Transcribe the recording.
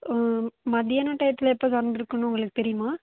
மதியான டயத்தில் எப்போ திறந்துருக்குன்னு உங்களுக்கு தெரியுமா